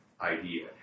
idea